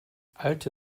alte